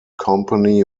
company